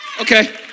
Okay